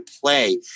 play